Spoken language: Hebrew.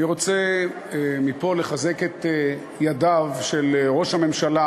אני רוצה לחזק מפה את ידיו של ראש הממשלה